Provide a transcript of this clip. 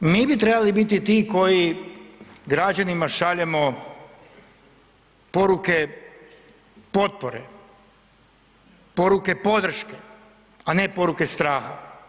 Mi bi trebali biti ti koji građanima šaljemo poruke potpore, poruke podrške, a ne poruke straha.